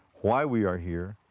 why we are here,